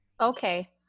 Okay